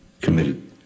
committed